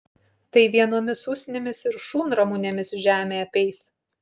tai vienomis usnimis ir šunramunėmis žemė apeis